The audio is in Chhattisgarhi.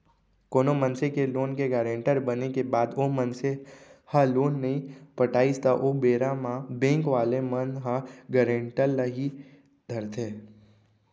कोनो मनसे के लोन के गारेंटर बने के बाद ओ मनसे ह लोन नइ पटाइस त ओ बेरा म बेंक वाले मन ह गारेंटर ल ही धरथे